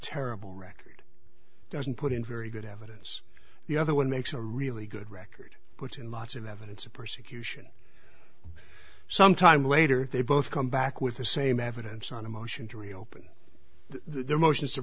terrible record doesn't put in very good evidence the other one makes a really good record put in lots of evidence of persecution some time later they both come back with the same evidence on a motion to reopen their motions to